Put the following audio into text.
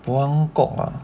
buangkok ah